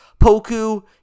Poku